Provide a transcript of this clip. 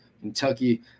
Kentucky